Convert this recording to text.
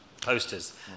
posters